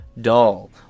doll